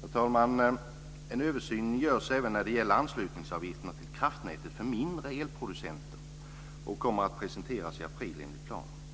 Herr talman! En översyn görs även när det gäller anslutningsavgifterna till kraftnätet för mindre elproducenter och kommer att presenteras i april, enligt planen.